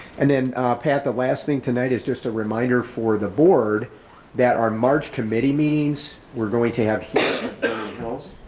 and then pat, the last thing tonight is just a reminder for the board that our march committee meetings we're going to have at hills.